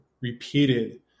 repeated